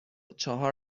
چهار